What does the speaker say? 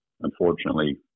unfortunately